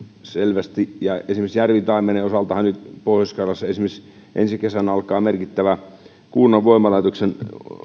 selvästi ja esimerkiksi järvitaimenen osaltahan pohjois karjalassa ensi kesänä alkaa merkittävä kuurnan voimalaitoksen